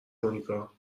مونیکا